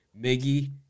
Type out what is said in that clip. Miggy